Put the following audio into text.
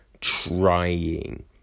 Trying